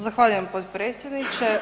Zahvaljujem potpredsjedniče.